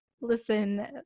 listen